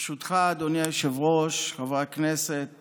ברשותך, אדוני היושב-ראש, חברי הכנסת